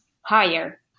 higher